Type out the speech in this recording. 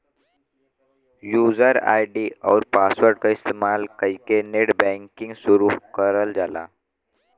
user ID आउर password क इस्तेमाल कइके नेटबैंकिंग शुरू करल जाला